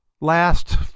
last